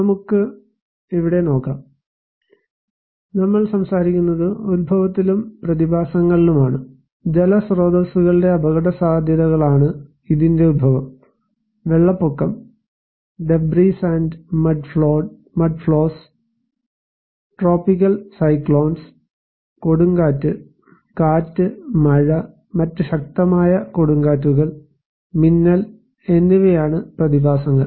നമുക്ക് ഇവിടെ നോക്കാം നമ്മൾ സംസാരിക്കുന്നത് ഉത്ഭവത്തിലും പ്രതിഭാസങ്ങളിലുമാണ് ജലസ്രോതസ്സുകളുടെ അപകടസാധ്യതകളാണ് ഇതിന്റെ ഉത്ഭവം വെള്ളപ്പൊക്കം debris and mud flows tropical cyclones കൊടുങ്കാറ്റ് കാറ്റ് മഴ മറ്റ് ശക്തമായ കൊടുങ്കാറ്റുകൾ മിന്നൽ എന്നിവയാണ് പ്രതിഭാസങ്ങൾ